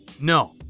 No